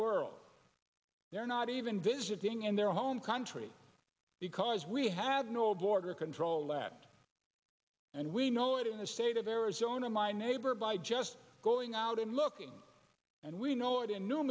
world they're not even visiting in their home country because we have no border control left and we i know it in the state of arizona my neighbor by just going out and looking and we know it in new